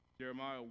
Jeremiah